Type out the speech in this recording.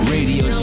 Radio